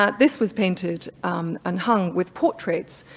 ah this was painted and hung with portraits